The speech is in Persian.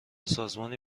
سازمانی